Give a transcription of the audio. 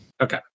Okay